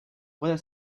puede